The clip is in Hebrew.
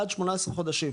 עד 18 חודשים,